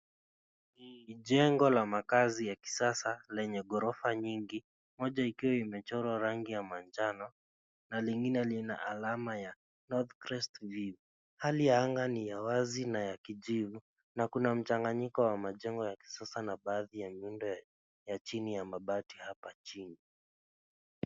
Ni jengo la makazi ya kisasa lenye ghorofa nyingi, moja ikiwa imechorwa rangi ya manjano na lingine lina alama ya Northcrest View. Hali ya anga ni ya wazi na ya kijivu na kuna mchanganyiko wa majengo ya kisasa na baadhi ya miundo ya chini ya mabati hapa chini.